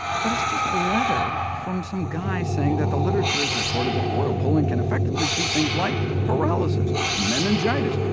but it's just a letter from some guy saying that the literature has reported that oil pulling can effectively treat things like paralysis, meningitis,